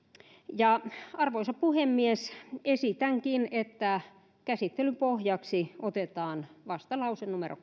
arvoisa puhemies esitänkin että käsittelyn pohjaksi otetaan vastalause numero